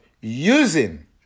using